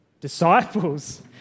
Disciples